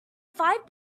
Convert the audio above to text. five